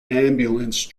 ambulance